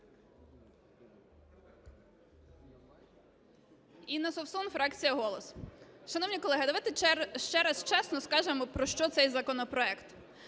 Інна Совсун, фракція "Голос". Шановні колеги, давайте ще раз чесно скажемо про що цей законопроект.